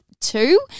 two